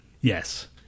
yes